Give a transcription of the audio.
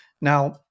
Now